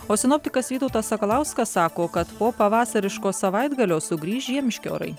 o sinoptikas vytautas sakalauskas sako kad po pavasariško savaitgalio sugrįš žiemiški orai